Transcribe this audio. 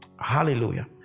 hallelujah